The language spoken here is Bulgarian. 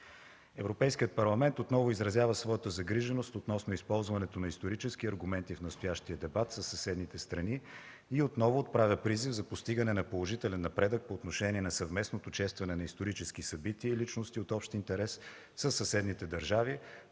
„Европейският парламент отново изразява своята загриженост относно използването на исторически аргументи в настоящия дебат със съседните страни и отново отправя призив за постигане на положителен напредък по отношение на съвместното честване на исторически събития и личности от общ интерес със съседните държави,